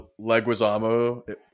Leguizamo